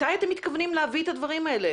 מתי אתם מתכוונים להביא את הדברים האלה